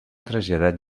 traslladat